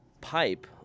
pipe